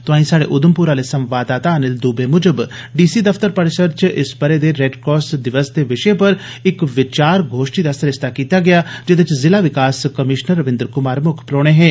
तोआईं स्हाडे उधमपुर आले संवाददाता अनिल दुबे मुजब डी सी दफ्तर परिसर च इस बरे दे रेड क्रास दिवस दे विशय पर इक विचार गोश्ठी दा सरिस्ता कीता गेआ जेदे च जिला विकास कमीष्नर रविन्द्र कुमार मुक्ख परौहने हे